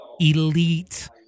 elite